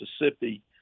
Mississippi